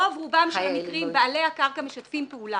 רוב רובם של המקרים בעלי הקרקע משתפים פעולה,